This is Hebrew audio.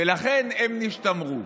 ולכן הם נשתמרו.